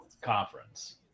conference